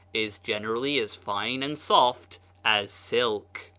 is generally as fine and soft as silk.